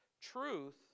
Truth